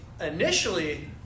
Initially